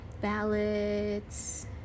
ballads